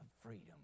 freedom